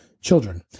children